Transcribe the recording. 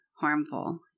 harmful